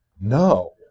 No